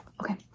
Okay